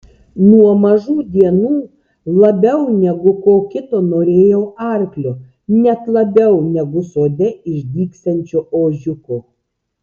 nuo mažų dienų labiau negu ko kito norėjau arklio net labiau negu sode išdygsiančio ožiuko